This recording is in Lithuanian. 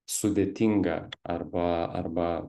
sudėtinga arba arba